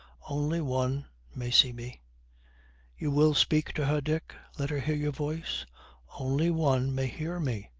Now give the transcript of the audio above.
only one may see me you will speak to her, dick. let her hear your voice only one may hear me.